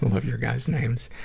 love your guys' names.